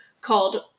called